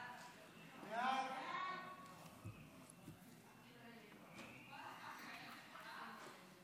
ההצעה להעביר את הצעת חוק העונשין